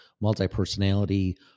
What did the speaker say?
multi-personality